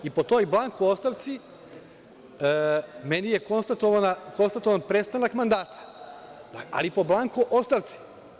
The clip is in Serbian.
Po toj blanko ostavci, meni je konstatovan prestanak mandata, ali po blanko ostavci.